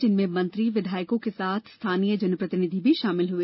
जिनमें मंत्री विधायकों के साथ स्थानीय जनप्रतिनिधि भी शामिल हुए